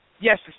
yes